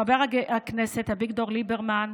חבר הכנסת אביגדור ליברמן,